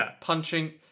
punching